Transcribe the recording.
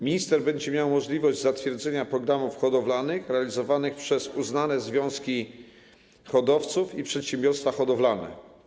Minister będzie miał możliwość zatwierdzania programów hodowlanych realizowanych przez uznane związki hodowców i przedsiębiorstwa hodowlane.